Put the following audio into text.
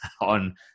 on